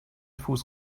fuß